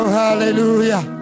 hallelujah